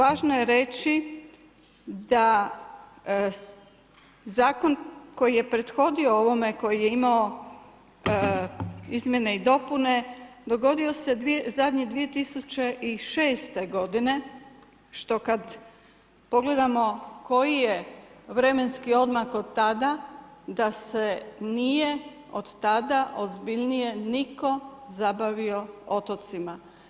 Dakle, važno je reći da zakon koji je prethodio ovome, koji je imao izmjene i dopune dogodio se zadnje 2006. godine što kada pogledamo koji je vremenski odmak od tada da se nije od tada ozbiljnije nitko zabavio otocima.